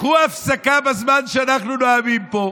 קחו הפסקה בזמן שאנחנו נואמים פה,